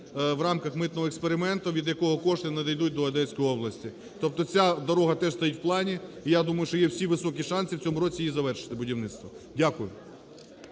в рамках митного експерименту, від якого кошти надійдуть до Одеської області. Тобто ця дорога теж стоїть в плані. І я думаю, що є всі високі шанси в цьому році її завершити будівництво. Дякую.